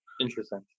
Interesting